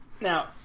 Now